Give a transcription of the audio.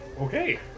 Okay